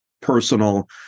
personal